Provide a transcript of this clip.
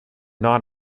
not